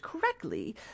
correctly